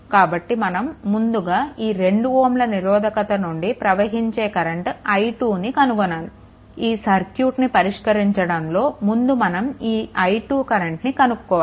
కాబట్టి మనం ముందుగా ఈ 2 Ω నిరోధకత నుండి ప్రవహించే కరెంట్ i2 ని కనుగొనాలి ఈ సర్క్యూట్ని పరిష్కరించడంలో ముందు మనం ఈ i2 కరెంట్ని కనుక్కోవాలి